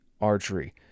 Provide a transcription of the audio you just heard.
Archery